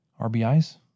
RBIs